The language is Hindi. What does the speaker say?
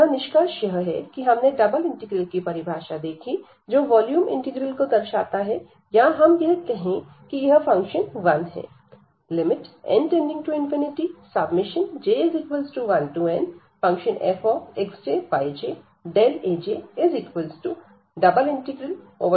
अतः निष्कर्ष यह है कि हमने डबल इंटीग्रल की परिभाषा देखी जो वॉल्यूम इंटीग्रल को दर्शाता है या हम यह कहें कि यह फंक्शन 1 है